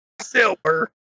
silver